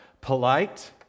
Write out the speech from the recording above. polite